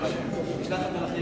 סעיפים 1 3 נתקבלו.